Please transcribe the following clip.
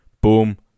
boom